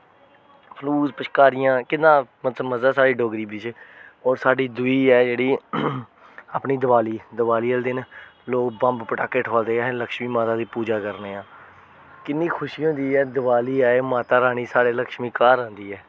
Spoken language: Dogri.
फलूस पिछकारियां किन्ना मतलब मजा साढ़ी डोगरी बिच्च होर साड्डी दूई ऐ जेह्ड़ी अपनी दिवाली दिवाली आह्ले दिन लोग बंब पटाके ठोआलदे अहें लक्ष्मी माता दी पूजा करने आं किन्नी खुशी होंदी ऐ दिवाली आई माता रानी साढ़े लक्ष्मी घर आंदी ऐ